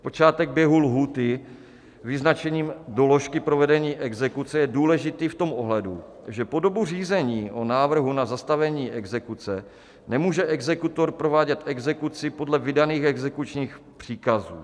Počátek běhu lhůty vyznačením doložky provedení exekuce je důležitý v tom ohledu, že po dobu řízení o návrhu na zastavení exekuce nemůže exekutor provádět exekuci podle vydaných exekučních příkazů.